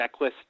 checklist